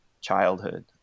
childhood